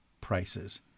prices